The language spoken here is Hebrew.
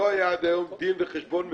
לא היה עד היום דין וחשבון מדויק,